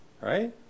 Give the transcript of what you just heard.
right